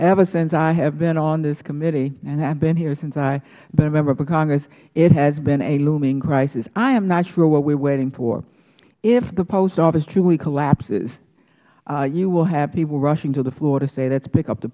ever since i have been on this committee and i have been here since i have been a member of congress it has been a looming crisis i am not sure what we are waiting for if the post office truly collapses you will have people rushing to the floor to say let's pick up the